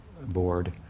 board